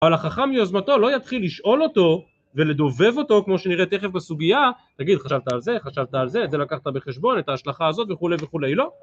אבל החכם מיוזמתו לא יתחיל לשאול אותו ולדובב אותו כמו שנראה תכף בסוגיה: "תגיד חשבת על זה חשבת על זה את זה לקחת בחשבון את ההשלכה הזאת?" וכולי וכולי, לא.